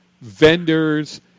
vendors